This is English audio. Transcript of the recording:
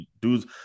dudes